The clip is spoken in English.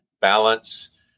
balance